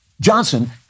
Johnson